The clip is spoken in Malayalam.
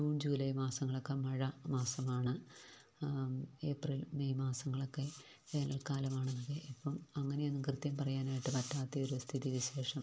ജൂൺ ജൂലയ് മാസങ്ങളൊക്ക മഴ മാസങ്ങളാണ് ഏപ്രിൽ മെയ് മാസങ്ങളൊക്കെ വേനൽക്കാലമാണെങ്കിൽ ഇപ്പം അങ്ങനെയൊന്നും കൃത്യം പറയാനായിട്ട് പറ്റാത്തയൊരു സ്ഥിതിവിശേഷം